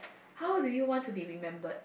how do you want to be remembered